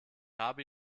habe